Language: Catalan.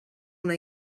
una